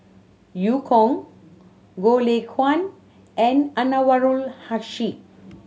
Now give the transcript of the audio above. Eu Kong Goh Lay Kuan and Anwarul Haque